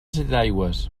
setaigües